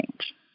change